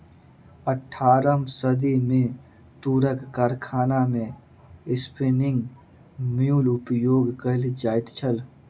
अट्ठारम सदी मे तूरक कारखाना मे स्पिन्निंग म्यूल उपयोग कयल जाइत छल